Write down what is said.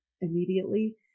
immediately